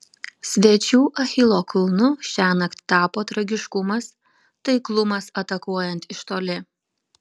svečių achilo kulnu šiąnakt tapo tragiškumas taiklumas atakuojant iš toli